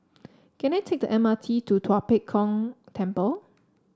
can I take the M R T to Tua Pek Kong Temple